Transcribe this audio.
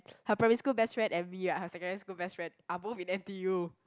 her primary school best friend and me ah her secondary school best friend are both in N_T_U